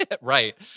Right